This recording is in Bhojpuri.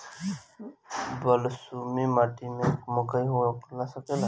बलसूमी माटी में मकई हो सकेला?